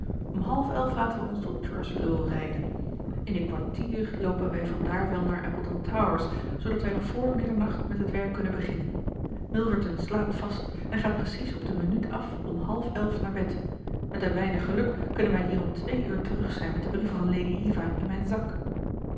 om halfelf laten wij ons tot church low rijden in een kwartier loopen wij van daar wel naar appledown towers zoodat wij nog voor middernacht met het werk kunnen beginnen milverton slaapt vast en gaat precies op de minuut af om halfelf naar bed met een weinig geluk kunnen wij hier om twee uur terug zijn met de brieven van lady eva in mijn zak